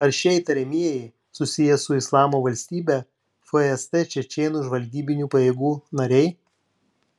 ar šie įtariamieji susiję su islamo valstybe fst čečėnų žvalgybinių pajėgų nariai